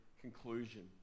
conclusion